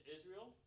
Israel